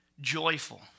joyful